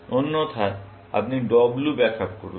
অন্যথায় আপনি W back up করুন